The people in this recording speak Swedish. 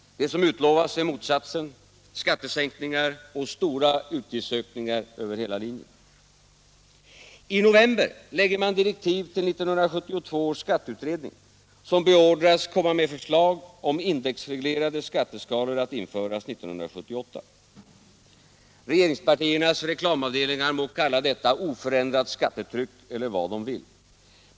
Det som utlovas är motsatsen — skattesänkningar och stora utgiftsökningar över hela linjen. I november lägger man nya direktiv till 1972 års skatteutredning, som beordras att komma med ett förslag om indexreglerade skatteskalor att införas 1978. Regeringspartiernas reklamavdelningar må kalla detta oförändrat skattetryck eller vad de vill.